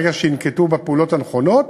ברגע שינקטו את הפעולות הנכונות,